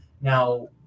now